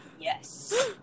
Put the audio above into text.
Yes